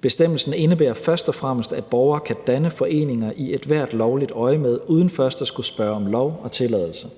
Bestemmelsen indebærer først og fremmest, at borgere kan danne foreninger i ethvert lovligt øjemed uden først at skulle spørge om lov og tilladelse.